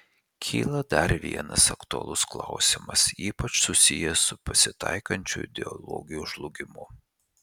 kyla dar vienas aktualus klausimas ypač susijęs su pasitaikančiu ideologijų žlugimu